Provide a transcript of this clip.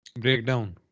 Breakdown